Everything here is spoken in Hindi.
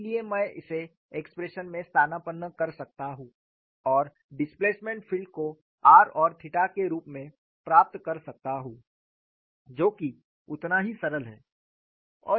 इसलिए मैं इसे एक्सप्रेशन में स्थानापन्न कर सकता हूं और डिस्प्लेसमेंट फील्ड को r और थीटा के रूप में प्राप्त कर सकता हूं जो कि उतना ही सरल है